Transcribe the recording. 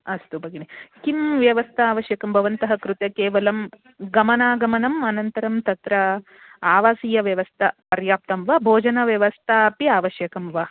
अस्तु भगिनी किं व्यवस्था आवश्यकी भवतां कृते केवलं गमनागमनम् अनन्तरं तत्र आवासीयव्यवस्था पर्याप्ता वा भोजनव्यवस्था अपि आवश्यकी वा